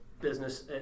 business